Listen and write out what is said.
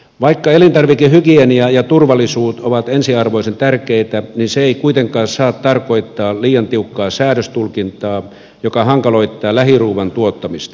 vaikka elintarvikehygienia ja turvallisuus ovat ensiarvoisen tärkeitä niin se ei kuitenkaan saa tarkoittaa liian tiukkaa säädöstulkintaa joka hankaloittaa lähiruuan tuottamista